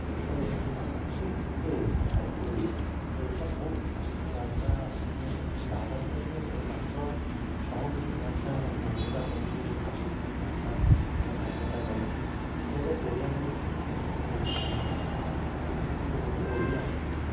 ଓଡ଼ିଶା ଲୋକ ଯେଉଁ ଭାଷା କହନ୍ତି ତାକୁ ହେଉଛି ଓଡ଼ିଶା ଆଉ ଓଡ଼ିଆ ଆଉ ଏଇଟା ବହୁତ ପ୍ରାଚୀନ ଭାଷା ମାନେ ଭାରତରେ ମାତ୍ର ଛଅ ଗୋଟି ଭାଷା ମାନ୍ୟତା ପାଇଛିି ଯୋଉ ସାଂସ୍କୃତିକ ଭାଷା ମାନ୍ୟତା ପାଇଛି ସେଥିରେ ଓଡ଼ିଆ ମଧ୍ୟ ଅଛି ସେଥିରେ ଉର୍ଦ୍ଧୁ ନାଇଁ କିନ୍ତୁ ସେଥିରେ ଓଡ଼ିଆ ଅଛି